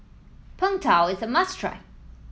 Png Tao is a must try